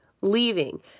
leaving